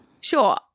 Sure